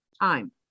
time